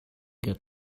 get